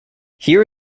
here